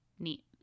neat